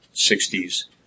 60's